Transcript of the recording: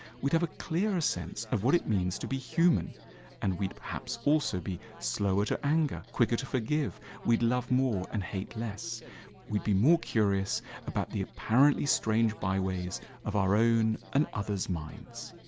we'd have a clearer sense of what it means to be human and we'd perhaps also be slower to anger quicker to forgive we'd love more and hate less we'd be more curious about the apparently strange by ways of our own and others minds